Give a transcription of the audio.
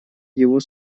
его